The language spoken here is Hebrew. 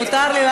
מותר לי.